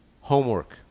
Homework